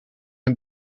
hun